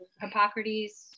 Hippocrates